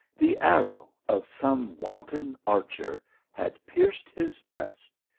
the arrow of some wanton archer had pierced his breast,